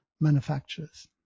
manufacturers